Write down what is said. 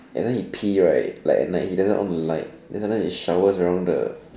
and then he pee right like at night he doesn't on the light and then the shower's around the